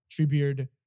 Treebeard